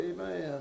Amen